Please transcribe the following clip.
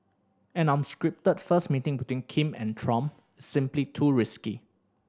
an unscripted first meeting between Kim and Trump is simply too risky